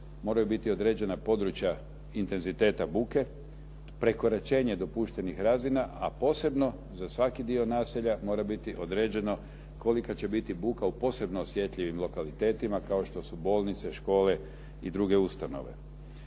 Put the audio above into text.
moraju biti određena područja intenziteta buke, prekoračenje dopuštenih razina, a posebno za svaki dio naselja mora biti određeno kolika će biti buka u posebno osjetljivim lokalitetima kao što su bolnice, škole i druge ustanove.